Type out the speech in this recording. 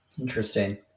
Interesting